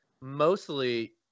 mostly